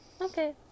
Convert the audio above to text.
Okay